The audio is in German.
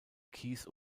kies